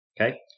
okay